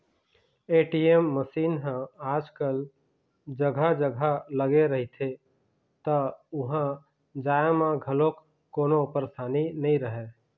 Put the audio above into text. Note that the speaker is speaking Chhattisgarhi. ए.टी.एम मसीन ह आजकल जघा जघा लगे रहिथे त उहाँ जाए म घलोक कोनो परसानी नइ रहय